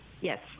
Yes